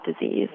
disease